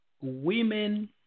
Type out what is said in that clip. women